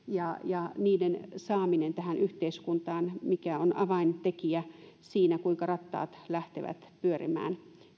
ja ja niiden saaminen tähän yhteiskuntaan mikä on avaintekijä siinä kuinka rattaat lähtevät pyörimään